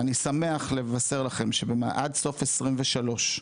אני שמח לבשר לכם שעד סוף 23,